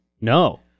No